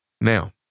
Now